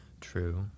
True